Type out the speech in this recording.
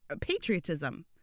patriotism